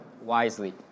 wisely